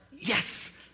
Yes